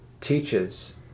teaches